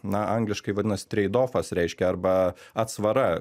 na angliškai vadinasi treidofas reiškia arba atsvara